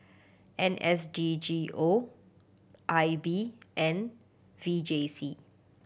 N S D G O I B and V J C